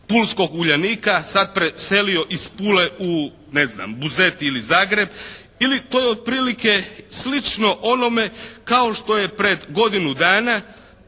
pulskog «Uljanika» sad preselio iz Pule u ne znam, Buzet ili Zagreb. Ili to je otprilike slično onome kao što je pred godinu dana